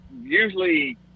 usually